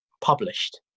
published